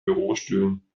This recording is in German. bürostühlen